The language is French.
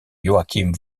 joachim